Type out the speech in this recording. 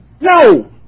no